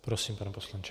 Prosím, pane poslanče.